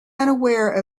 unaware